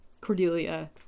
cordelia